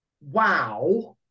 wow